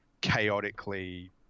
chaotically